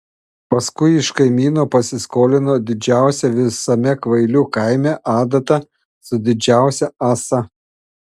paskui iš kaimyno pasiskolino didžiausią visame kvailių kaime adatą su didžiausia ąsa